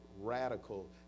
Radical